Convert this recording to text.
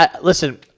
Listen